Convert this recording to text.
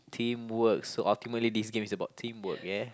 teamwork so ultimately this game is about teamwork yeah